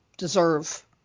deserve